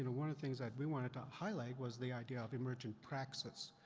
and one of the things that we wanted to highlight was the idea of emergent praxis.